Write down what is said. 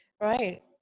Right